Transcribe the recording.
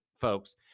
folks